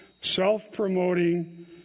self-promoting